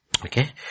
Okay